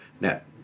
net